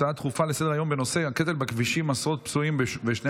הצעה דחופה לסדר-היום בנושא: הקטל בכבישים: עשרות פצועים ושני